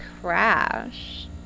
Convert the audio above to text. crash